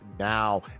Now